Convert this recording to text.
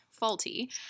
faulty